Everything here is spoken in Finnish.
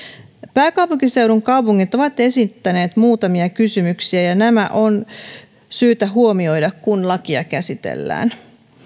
pääkaupunkiseudun kaupungit ovat esittäneet muutamia kysymyksiä ja nämä on syytä huomioida kun lakia käsitellään